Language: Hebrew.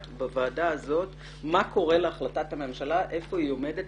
מה קורה להחלטת הממשלה והיכן היא עומדת.